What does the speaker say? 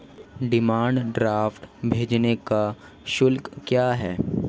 Demand draft भेजने का शुल्क क्या है?